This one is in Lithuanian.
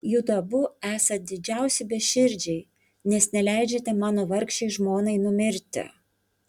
judu abu esat didžiausi beširdžiai nes neleidžiate mano vargšei žmonai numirti